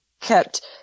kept